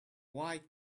why